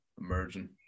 emerging